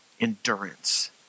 endurance